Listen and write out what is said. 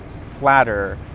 flatter